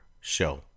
show